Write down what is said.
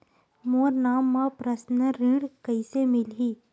मोर नाम म परसनल ऋण कइसे मिलही?